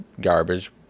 garbage